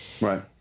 Right